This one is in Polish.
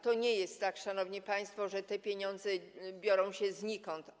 To nie jest tak, szanowni państwo, że te pieniądze biorą się znikąd.